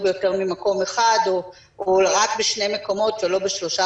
ביותר ממקום אחד או רק בשני מקומות ולא בשלושה,